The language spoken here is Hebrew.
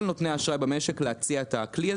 נותני האשראי במשק להציע את הכלי הזה.